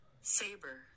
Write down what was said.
Saber